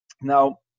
Now